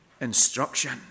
instruction